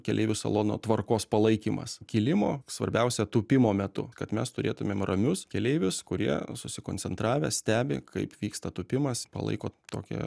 keleivių salono tvarkos palaikymas kilimo svarbiausia tūpimo metu kad mes turėtumėm ramius keleivius kurie susikoncentravę stebi kaip vyksta tūpimas palaiko tokią